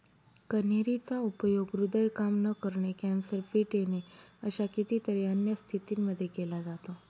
कन्हेरी चा उपयोग हृदय काम न करणे, कॅन्सर, फिट येणे अशा कितीतरी अन्य स्थितींमध्ये केला जातो